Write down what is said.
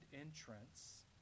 entrance